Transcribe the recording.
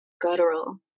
guttural